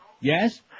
Yes